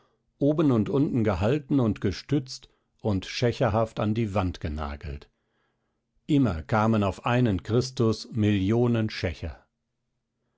oben und unten gehalten und gestützt und schächerhaft an die wand genagelt immer kamen auf einen christus millionen schächer